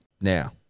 Now